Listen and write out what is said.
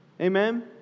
Amen